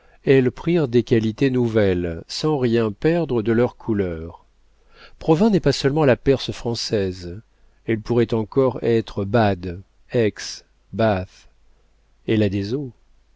elles prirent des qualités nouvelles sans rien perdre de leurs couleurs provins n'est pas seulement la perse française elle pourrait encore être bade aix bath elle a des